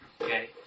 Okay